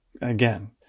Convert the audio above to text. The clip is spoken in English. Again